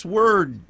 word